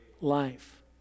life